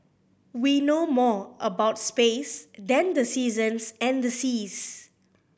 we know more about space than the seasons and the seas